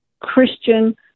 Christian